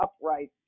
upright